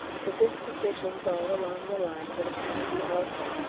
the dispositions all along the line would have had to be altered,